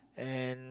and